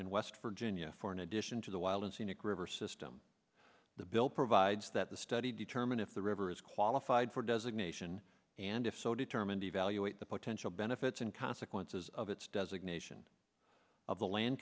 in west virginia for in addition to the wild and scenic river system the bill provides that the study determine if the river is qualified for designation and if so determined to evaluate the potential benefits and consequences of its designation of the land